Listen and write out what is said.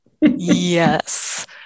Yes